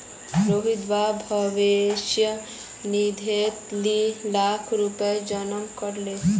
रोहितेर बाप भविष्य निधित दी लाख रुपया जमा कर ले